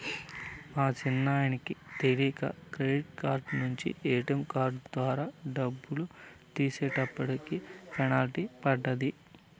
మా సిన్నాయనకి తెలీక క్రెడిట్ కార్డు నించి ఏటియం ద్వారా డబ్బులు తీసేటప్పటికి పెనల్టీ పడ్డాది